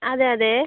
അതെ അതെ